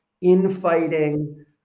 infighting